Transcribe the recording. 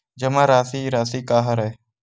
जमा राशि राशि का हरय?